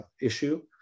issue